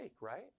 right